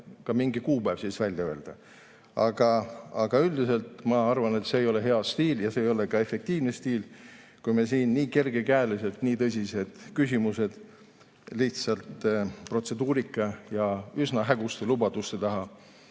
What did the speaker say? ka mingi kuupäev siis välja öelda. Üldiselt ma arvan, et see ei ole hea stiil ja see ei ole ka efektiivne stiil, kui me siin nii kergekäeliselt nii tõsised küsimused lihtsalt protseduurika ja üsna häguste lubaduste taha